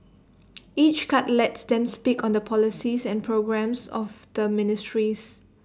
each cut lets them speak on the policies and programmes of the ministries